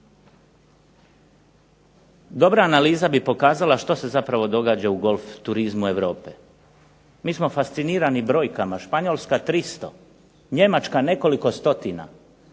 Dobra analiza bi pokazala što se zapravo događa u golf turizmu Europe. Mi smo fascinirani brojkama, Španjolska 300, Njemačka nekoliko stotina.